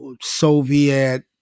Soviet